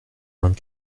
vingt